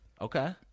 Okay